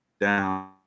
down